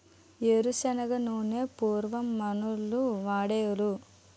ఏరు శనగ నూనె పూర్వం మనోళ్లు వాడోలు